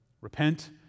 Repent